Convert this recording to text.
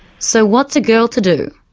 so what's a girl to do?